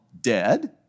dead